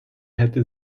hätte